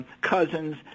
Cousins